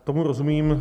Tomu rozumím.